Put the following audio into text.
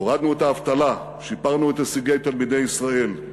הורדנו את האבטלה, שיפרנו את הישגי תלמידי ישראל,